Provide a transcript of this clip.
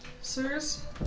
Sirs